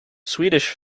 swedish